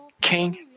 king